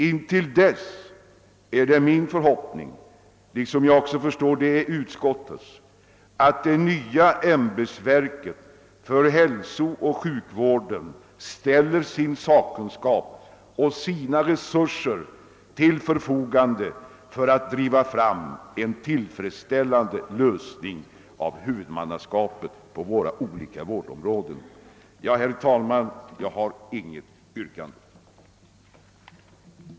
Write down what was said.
Intill dess är det min förhoppning, liksom jag förstår att det är utskottets, ait det nya ämbetsverket för hälsooch sjukvården ställer sin sakkunskap och sina resurser till förfogande för att driva fram en tillfredsställande lösning av frågan om huvudmannaskapet på våra olika vårdområden. Herr talman! Jag har i dag inget yrkande.